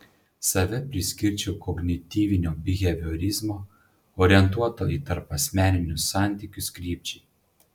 save priskirčiau kognityvinio biheviorizmo orientuoto į tarpasmeninius santykius krypčiai